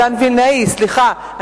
סליחה.